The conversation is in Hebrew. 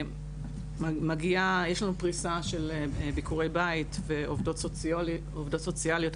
יש לנו פריסה של ביקורי בית ועובדות סוציאליות.